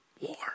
War